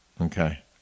Okay